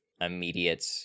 immediate